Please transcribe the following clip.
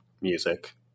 music